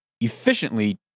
efficiently